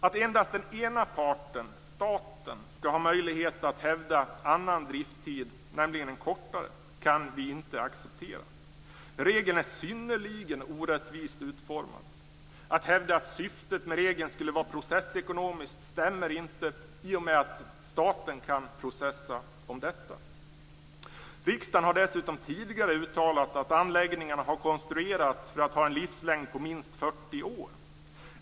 Att endast den ena parten, staten, skall ha möjlighet att hävda annan driftstid, nämligen en kortare, kan vi inte acceptera. Regeln är synnerligen orättvist utformad. Att hävda att syftet med regeln skulle vara "processekonomiskt" stämmer inte i och med att staten kan processa om detta. Dessutom har riksdagen tidigare uttalat att anläggningarna har konstruerats för att ha en livslängd på minst 40 år.